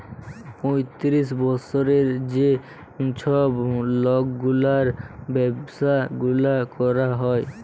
পঁয়তিরিশ বসরের যে ছব লকগুলার ব্যাবসা গুলা ক্যরা হ্যয়